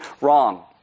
wrong